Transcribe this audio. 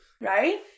Right